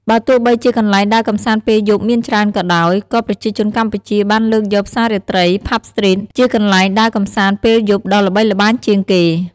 បើទោះបីជាកន្លែងដើរកម្សាន្តពេលយប់មានច្រើនក៏ដោយ ក៏ប្រជាជនកម្ពុជាបានលើកយកផ្សាររាត្រី "ផាប់ស្ទ្រីត" (Pub Street) ជាកន្លែងដើរកម្សាន្តពេលយប់ដ៏ល្បីល្បាញជាងគេ។